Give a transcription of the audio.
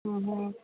हम्म हम्म